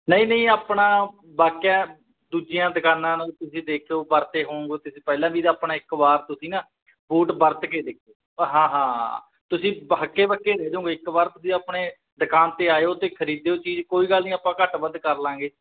ਨਹੀਂ ਨਹੀਂ ਆਪਣਾ ਵਾਕਿਆ ਦੂਜੀਆਂ ਦੁਕਾਨਾਂ ਨੂੰ ਤੁਸੀਂ ਦੇਖਿਓ ਵਰਤੇ ਹੋਊਗੇ ਤੁਸੀਂ ਪਹਿਲਾਂ ਵੀ ਤਾਂ ਆਪਣਾ ਇੱਕ ਵਾਰ ਤੁਸੀਂ ਨਾ ਬੂਟ ਵਰਤ ਕੇ ਦੇਖੋ ਹਾਂ ਹਾਂ ਤੁਸੀਂ ਹੱਕੇ ਬੱਕੇ ਰਹਿ ਜਾਉਂਗੇ ਇੱਕ ਵਾਰ ਤੁਸੀਂ ਆਪਣੇ ਦੁਕਾਨ 'ਤੇ ਆਇਓ ਅਤੇ ਖ਼ਰੀਦਿਓ ਚੀਜ਼ ਕੋਈ ਗੱਲ ਨਹੀਂ ਆਪਾਂ ਘੱਟ ਵੱਧ ਕਰ ਲਵਾਂਗੇ